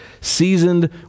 seasoned